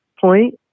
point